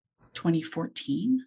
2014